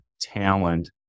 talent